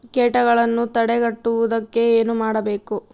ಕೇಟಗಳನ್ನು ತಡೆಗಟ್ಟುವುದಕ್ಕೆ ಏನು ಮಾಡಬೇಕು?